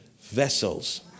vessels